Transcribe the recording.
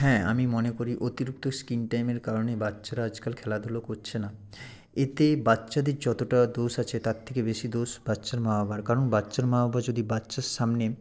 হ্যাঁ আমি মনে করি অতিরিক্ত স্ক্রিন টাইমের কারণে বাচ্চারা আজকাল খেলাধুলো করছে না এতে বাচ্চাদের যতটা দোষ আছে তার থেকে বেশি দোষ বাচ্চার মা বাবার কারণ বাচ্চার মা বাবা যদি বাচ্চার সামনে